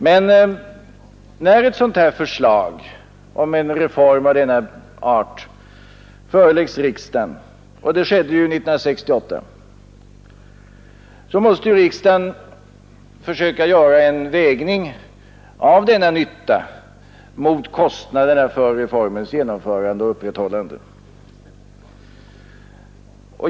Men när ett förslag om en reform av denna art föreläggs riksdagen — och det skedde ju 1968 — måste riksdagen försöka göra en vägning av denna nytta mot kostnaderna för reformens genomförande och upprätthållande.